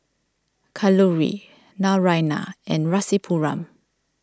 Kalluri Naraina and Rasipuram